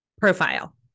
profile